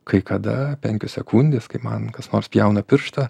kai kada penkios sekundės kai man kas nors pjauna pirštą